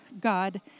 God